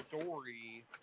story